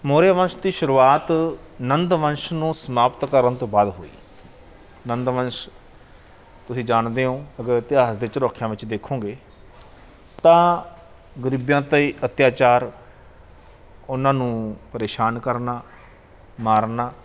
ਮੌਰੀਆ ਵੰਸ਼ ਦੀ ਸ਼ੁਰੂਆਤ ਨੰਦ ਵੰਸ਼ ਨੂੰ ਸਮਾਪਤ ਕਰਨ ਤੋਂ ਬਾਅਦ ਹੋਈ ਨੰਦ ਵੰਸ਼ ਤੁਸੀਂ ਜਾਣਦੇ ਹੋ ਅਗਰ ਇਤਿਹਾਸ ਦੇ ਝਰੋਖਿਆਂ ਵਿੱਚ ਦੇਖੋਗੇ ਤਾਂ ਗਰੀਬਾਂ 'ਤੇ ਅੱਤਿਆਚਾਰ ਉਨ੍ਹਾਂ ਨੂੰ ਪ੍ਰੇਸ਼ਾਨ ਕਰਨਾ ਮਾਰਨਾ